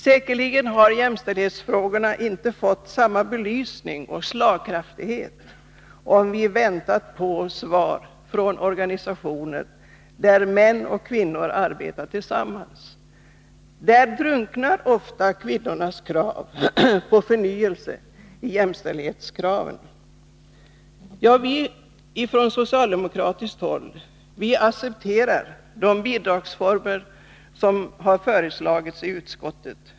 Säkerligen hade det inte blivit samma belysning och slagkraft när det gäller jämställdhetsfrågorna, om vi väntat på svar från organisationer där män och kvinnor arbetar tillsammans. Där drunknar ofta kvinnornas krav på förnyelse i jämställdhetsdebatten. Vi accepterar på socialdemokratiskt håll de bidragsformer som utskottet föreslår.